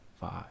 five